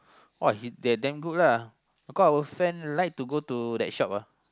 uh he they damn good lah because our friend like to go to that shop ah